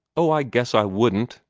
oh, i guess i wouldn't,